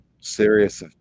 serious